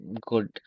good